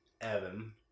Evan